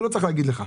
לא צריך להגיד לך.